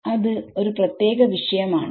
അത് ഒരു പ്രത്യേക വിഷയം ആണ്